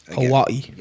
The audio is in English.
Hawaii